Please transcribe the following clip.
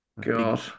God